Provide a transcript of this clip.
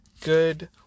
Good